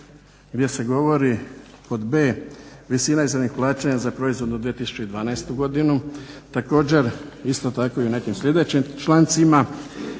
1. govori pod b) visina izravnih plaćanja za proizvodnu 2012. godinu. Također isto tako i u nekim sljedećim člancima,